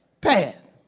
path